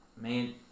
man